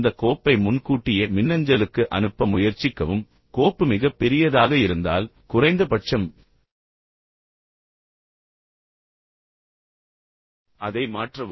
அந்த கோப்பை முன்கூட்டியே மின்னஞ்சலுக்கு அனுப்ப முயற்சிக்கவும் கோப்பு மிகப் பெரியதாக இருந்தால் குறைந்தபட்சம் அதை மாற்றவும்